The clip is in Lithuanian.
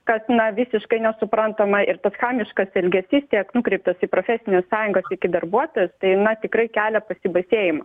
kas na visiškai nesuprantama ir tas chamiškas elgesys tiek nukreiptas į profesines sąjungas tiek į darbuotojus tai tikrai kelia pasibaisėjimą